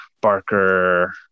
barker